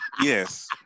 Yes